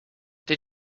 did